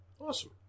Awesome